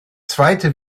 zweite